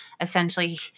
essentially